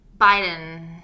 Biden